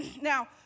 Now